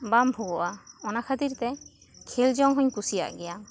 ᱵᱟᱢ ᱵᱷᱳᱜᱚᱜᱼᱟ ᱚᱱᱟ ᱠᱷᱟᱹᱛᱤᱨ ᱛᱮ ᱠᱷᱮᱞ ᱡᱚᱝ ᱦᱚᱹᱧ ᱠᱩᱥᱤᱭᱟᱜ ᱜᱮᱭᱟ